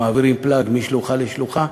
מעבירים פלאג משלוחה לשלוחה,